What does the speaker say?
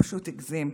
הוא פשוט הגזים,